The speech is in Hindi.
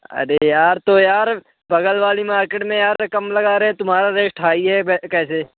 अरे यार तो यार बगल वाली मार्केट में यहाँ से कम लगा रहे हैं तुम्हारा रेट हाई है कैसे